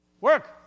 Work